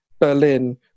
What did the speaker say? Berlin